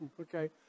okay